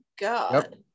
God